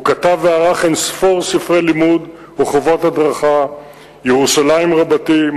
הוא כתב וערך אין-ספור ספרי לימוד וחוברות הדרכה: "ירושלים רבתי",